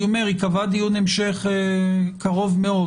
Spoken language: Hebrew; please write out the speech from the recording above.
אני אומר שייקבע דיון המשך בקרוב מאוד,